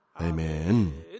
Amen